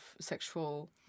sexual